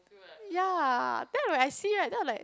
ya then when I see right then I like